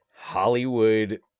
Hollywood